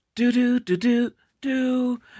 Do-do-do-do-do